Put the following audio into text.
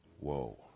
Whoa